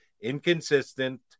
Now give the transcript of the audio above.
inconsistent